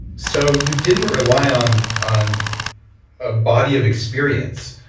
so you didn't rely on on a body of experience.